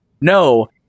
no